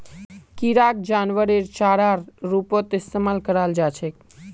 किराक जानवरेर चारार रूपत इस्तमाल कराल जा छेक